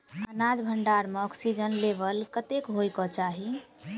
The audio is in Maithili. अनाज भण्डारण म ऑक्सीजन लेवल कतेक होइ कऽ चाहि?